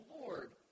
Lord